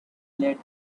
let